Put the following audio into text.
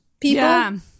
people